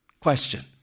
Question